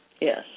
Yes